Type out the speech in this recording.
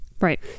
Right